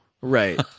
right